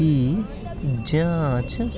दी जांच